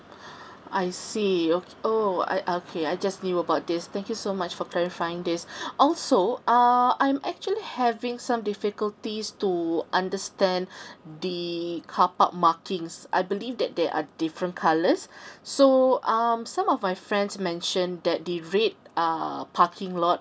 I see o~ oo I okay I just knew about this thank you so much for clarifying this also uh I'm actually having some difficulties to understand the carpark markings I believe that there are different colours so um some of my friends mentioned that the red uh parking lot